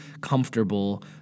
comfortable